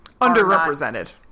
Underrepresented